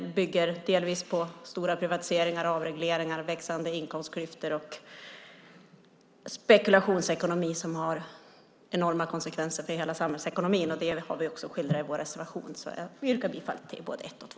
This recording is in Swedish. Det bygger delvis på stora privatiseringar, växande inkomstklyftor och spekulationsekonomi som har enorma konsekvenser för ekonomin. Det har vi också skildrat i vår reservation. Jag yrkar bifall både till reservationerna 1 och 2.